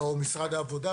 או משרד העבודה,